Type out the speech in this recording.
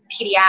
pediatrics